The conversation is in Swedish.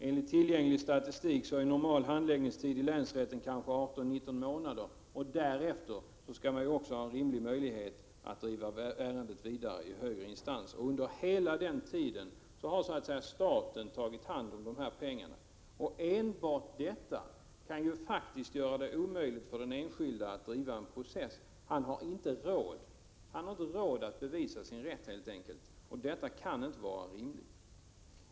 Enligt tillgänglig statistik är normal handläggningstid i länsrätten 18-19 månader, och därefter bör den enskilde också ha en rimlig möjlighet att driva ärendet vidare i högre instans. Under hela denna tid har staten tagit hand om pengarna, och enbart detta kan göra att det blir omöjligt för den enskilde att driva en process. Han har helt enkelt inte råd att bevisa sin rätt, och det kan inte vara rimligt.